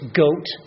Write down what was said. goat